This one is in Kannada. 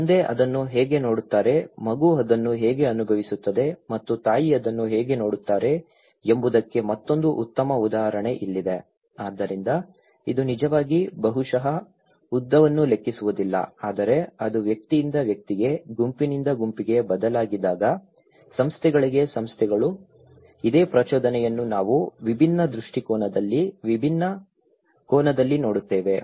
ತಂದೆ ಅದನ್ನು ಹೇಗೆ ನೋಡುತ್ತಾರೆ ಮಗು ಅದನ್ನು ಹೇಗೆ ಅನುಭವಿಸುತ್ತದೆ ಮತ್ತು ತಾಯಿ ಅದನ್ನು ಹೇಗೆ ನೋಡುತ್ತಾರೆ ಎಂಬುದಕ್ಕೆ ಮತ್ತೊಂದು ಉತ್ತಮ ಉದಾಹರಣೆ ಇಲ್ಲಿದೆ ಆದ್ದರಿಂದ ಇದು ನಿಜವಾಗಿ ಬಹುಶಃ ಉದ್ದವನ್ನು ಲೆಕ್ಕಿಸುವುದಿಲ್ಲ ಆದರೆ ಅದು ವ್ಯಕ್ತಿಯಿಂದ ವ್ಯಕ್ತಿಗೆ ಗುಂಪಿನಿಂದ ಗುಂಪಿಗೆ ಬದಲಾಗಿದಾಗ ಸಂಸ್ಥೆಗಳಿಗೆ ಸಂಸ್ಥೆಗಳು ಇದೇ ಪ್ರಚೋದನೆಯನ್ನು ನಾವು ವಿಭಿನ್ನ ದೃಷ್ಟಿಕೋನದಲ್ಲಿ ವಿಭಿನ್ನ ಕೋನದಲ್ಲಿ ನೋಡುತ್ತೇವೆ